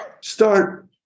start